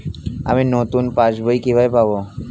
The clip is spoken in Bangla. আমি নতুন পাস বই কিভাবে পাব?